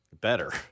Better